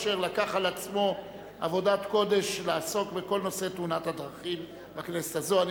אשר לקח על עצמו עבודת קודש לעסוק בכל נושא תאונות הדרכים בכנסת הזאת.